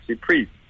Priest